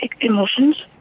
emotions